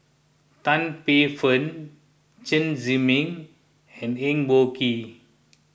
Tan Paey Fern Chen Zhiming and Eng Boh Kee